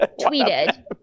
tweeted